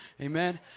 Amen